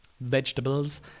vegetables